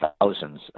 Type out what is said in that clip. thousands